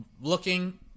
Looking